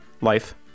life